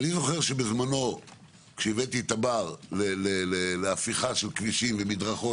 בזמנו כשהבאתי להפיכה של כבישים ומדרכות,